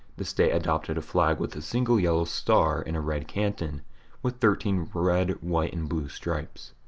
the state adopted a flag with a single yellow star in a red canton with thirteen red, white, and blue stripes.